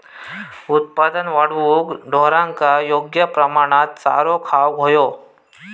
उत्पादन वाढवूक ढोरांका योग्य प्रमाणात चारो देऊक व्हयो